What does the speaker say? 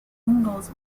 ingalls